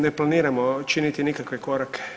Ne planiramo činiti nikakve korake.